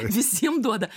visiem duoda